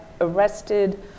arrested